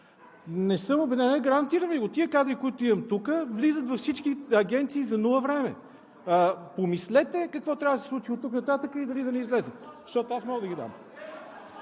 целия свят. Гарантирам Ви го! Тези кадри, които имам тук, влизат във всички агенции за нула време. Помислете какво трябва да се случи оттук нататък и дали да не излязат, защото аз мога да ги дам.